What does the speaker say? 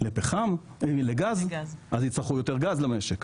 מפחם לגז, אז יצטרכו יותר גז למשק.